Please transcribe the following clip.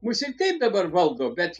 mus ir taip dabar valdo bet